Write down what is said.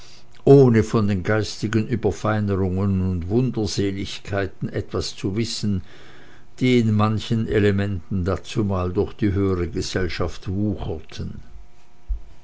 ohne von den geistigen überfeinerungen und wunderseligkeiten etwas zu wissen die in manchen elementen dazumal durch die höhere gesellschaft wucherten